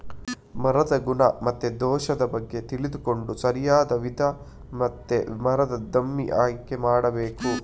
ಮರದ ಗುಣ ಮತ್ತೆ ದೋಷದ ಬಗ್ಗೆ ತಿಳ್ಕೊಂಡು ಸರಿಯಾದ ವಿಧ ಮತ್ತೆ ಮರದ ದಿಮ್ಮಿ ಆಯ್ಕೆ ಮಾಡಬೇಕು